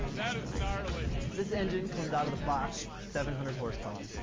gnarly. this engine comes out of the box seven hundred horsepower.